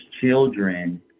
children